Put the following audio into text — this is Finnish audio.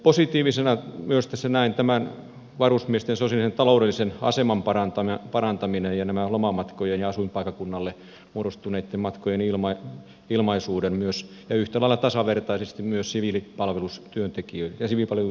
positiivisena tässä näen myös varusmiesten sosiaalisen ja taloudellisen aseman parantamisen ja lomamatkojen ja asuinpaikkakunnalle muodostuneitten matkojen ilmaisuuden myös ja yhtä lailla tasavertaisesti myös siviilipalveluksen tekijöille